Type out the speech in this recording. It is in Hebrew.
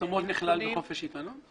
פרסומת נחשבת חופש עיתונות?